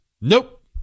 Nope